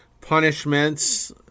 punishments